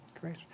great